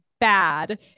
bad